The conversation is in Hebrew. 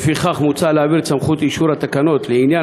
לפיכך מוצע להעביר את סמכות אישור התקנות לעניין